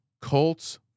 Colts